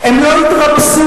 נא לתקן.